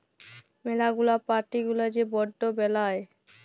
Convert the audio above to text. ম্যালা গুলা পার্টি গুলা যে বন্ড বেলায়